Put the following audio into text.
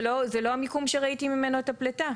זה לא המיקום שראיתי ממנו את הפליטה,